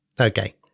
Okay